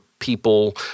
People